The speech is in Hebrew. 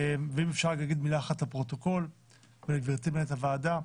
אם אפשר להגיד מילה אחת לפרוטוקול ולגברתי מנהלת הוועדה.